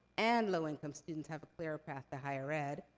and low income students, have a clear path to higher ed.